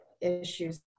issues